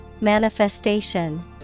Manifestation